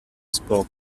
spoke